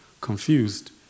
Confused